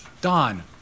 Don